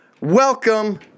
Welcome